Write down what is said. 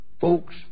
Folks